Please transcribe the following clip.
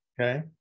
Okay